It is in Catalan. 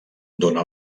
dóna